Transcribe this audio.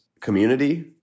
Community